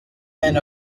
and